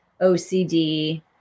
OCD